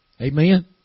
Amen